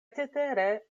cetere